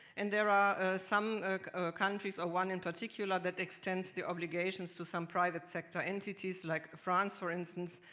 and there are some countries or one in particular that extends the obligations to some private sector entities like france, for instance,